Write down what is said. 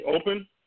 open